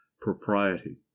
propriety